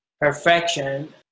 perfection